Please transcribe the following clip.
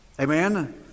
Amen